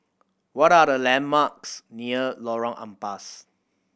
what are the landmarks near Lorong Ampas